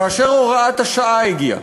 כאשר הוראת השעה הגיעה.